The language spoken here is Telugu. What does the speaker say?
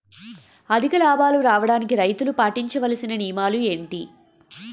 అధిక లాభాలు రావడానికి రైతులు పాటించవలిసిన నియమాలు ఏంటి